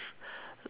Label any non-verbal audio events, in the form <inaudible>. <breath>